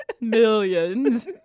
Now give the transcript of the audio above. Millions